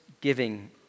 giving